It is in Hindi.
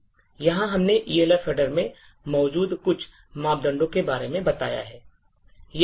यहाँ हमने Elf Header में मौजूद कुछ मापदंडों के बारे में बताया है